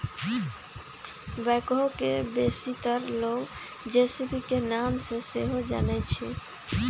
backhoe के बेशीतर लोग जे.सी.बी के नाम से सेहो जानइ छिन्ह